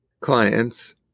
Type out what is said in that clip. clients